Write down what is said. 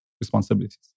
responsibilities